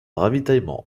ravitaillement